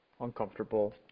uncomfortable